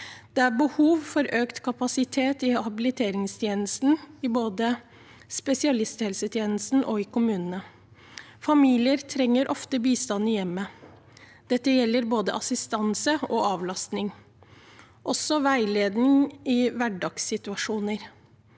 Det er behov for økt kapasitet i habiliteringstjenesten i både spesialisthelsetjenesten og kommunene. Familier trenger ofte bistand i hjemmet. Dette gjelder både assistanse og avlastning og også veiledning i hverdagssituasjoner.